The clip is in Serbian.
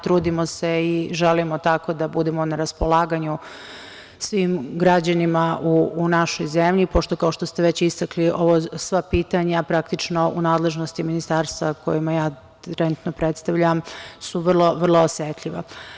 Trudimo se i želimo tako da budemo na raspolaganju svim građanima u našoj zemlji, pošto, kao što ste već istakli, sva pitanja praktično u nadležnosti Ministarstva koje ja trenutno predstavljam, su vrlo osetljiva.